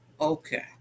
Okay